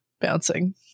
bouncing